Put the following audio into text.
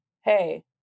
hey